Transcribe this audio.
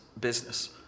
business